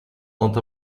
not